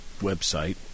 website